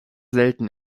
selten